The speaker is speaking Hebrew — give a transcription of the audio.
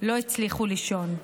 לא יצליחו לישון.